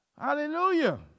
Hallelujah